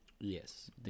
Yes